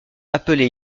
appelé